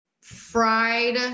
fried